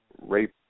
rape